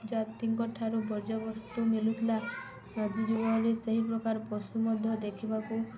ଜାତିଙ୍କଠାରୁ ବର୍ଜ୍ୟବସ୍ତୁ ମଳୁଥିଲା ଆଜି ଯୁରେ ସେହି ପ୍ରକାର ପଶୁ ମଧ୍ୟ ଦେଖିବାକୁ